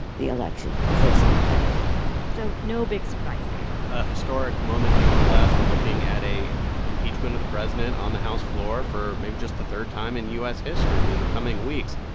the election for his own benefit so no big surprise there a historic moment. nevertheless, we're looking at a impeachment of the president on the house floor for maybe just the third time in u s. history in the coming weeks.